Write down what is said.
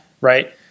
Right